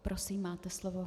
Prosím, máte slovo.